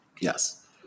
Yes